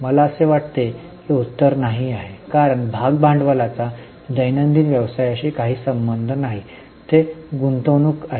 मला असे वाटते की उत्तर नाही आहे कारण भागभांडवलाचा दैनंदिन व्यवसायाशी काही संबंध नाही ते गुंतवणूक करीत आहेत का